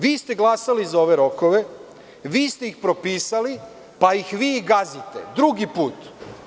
Vi ste glasali za ove rokove, vi ste ih propisali, pa ih vi i gazite, drugi put.